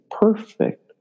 perfect